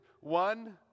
one